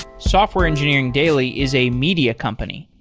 software engineering daily is a media company,